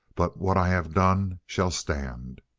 but what i have done shall stand!